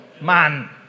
man